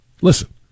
Listen